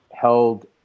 held